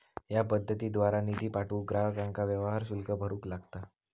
या पद्धतीद्वारा निधी पाठवूक ग्राहकांका व्यवहार शुल्क भरूक लागता